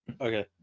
okay